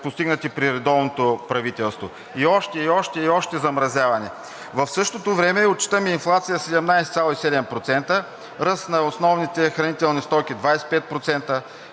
постигнати при редовното правителство, и още, и още, и още замразявания. В същото време отчитаме инфлация – 17,7%; ръст на основните хранителни стоки – 25%;